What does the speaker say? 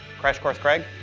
crash course craig.